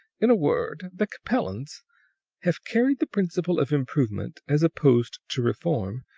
in a word, the capellans have carried the principle of improvement, as opposed to reform,